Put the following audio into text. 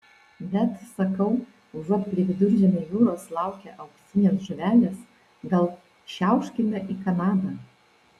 bet sakau užuot prie viduržemio jūros laukę auksinės žuvelės gal šiauškime į kanadą